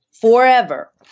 forever